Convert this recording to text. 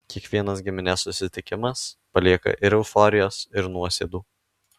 kiekvienas giminės susitikimas palieka ir euforijos ir nuosėdų